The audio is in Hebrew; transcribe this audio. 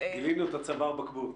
גילינו את צוואר הבקבוק...